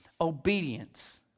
obedience